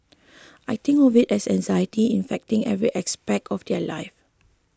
I think of it as anxiety infecting every aspect of their lives